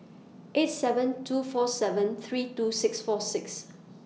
eight seven two four seven three two six four six